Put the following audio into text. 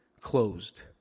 closed